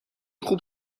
خوب